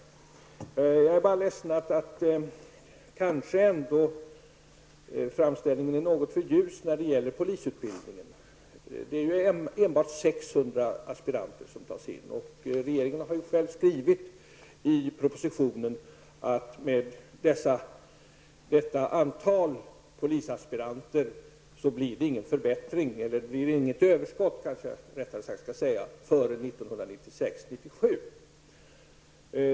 Jag är emellertid ledsen över att framställningen kanske ändå är för ljus när det gäller polisutbildningen. Endast 600 aspiranter tas in. Regeringen har själv skrivit i propositionen att med detta antal polisaspiranter blir det inget överskott förrän år 1996, 1997.